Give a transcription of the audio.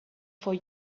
for